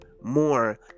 more